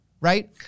right